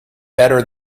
better